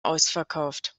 ausverkauft